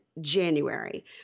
January